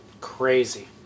Crazy